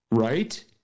right